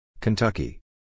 Kentucky